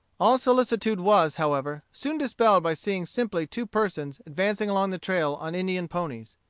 all solicitude was, however, soon dispelled by seeing simply two persons advancing along the trail on indian ponies.